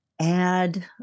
add